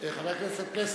חבר הכנסת פלסנר.